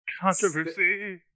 controversy